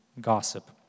gossip